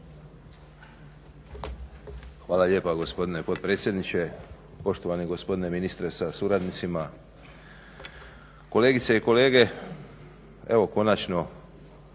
Hvala lijepa gospodine potpredsjedniče. Poštovani gospodine ministre sa suradnicima, kolegice i kolege. Evo konačno